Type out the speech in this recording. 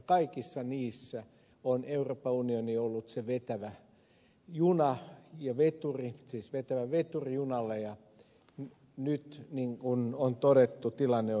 kaikissa niissä on euroopan unioni ollut se junan veturi ja nyt niin kuin on todettu tilanne on hiukan toinen